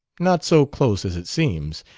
not so close as it seems.